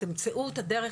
תמצאו את הדרך,